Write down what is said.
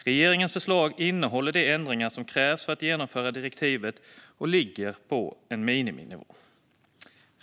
Regeringens förslag innehåller de ändringar som krävs för att genomföra direktivet och ligger på en miniminivå.